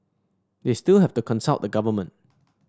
they still have to consult the government